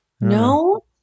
No